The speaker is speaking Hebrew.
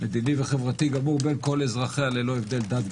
מדיני וחברתי גמור בין כל אזרחיה ללא הבדל דת,